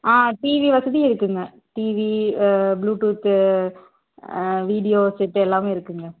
ஆ TV வசதியும் இருக்குதுங்க TV bluetooth video set எல்லாமே இருக்குதுங்க